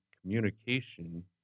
communication